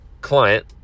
client